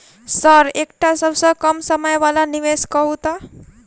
Sir एकटा सबसँ कम समय वला निवेश कहु तऽ?